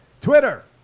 Twitter